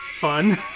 fun